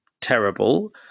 terrible